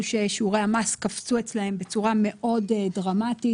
ששיעורי המס קפצו אצלם בצורה מאוד דרמטית